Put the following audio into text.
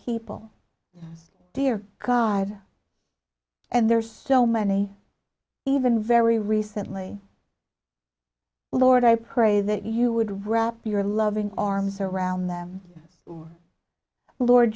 people dear god and there's so many even very recently lord i pray that you would wrap your loving arms around them lord